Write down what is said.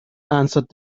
answered